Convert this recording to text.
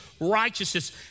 righteousness